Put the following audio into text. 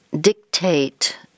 dictate